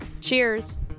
Cheers